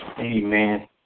Amen